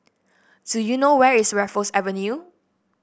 do you know where is Raffles Avenue